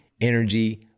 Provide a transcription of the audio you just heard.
energy